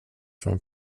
from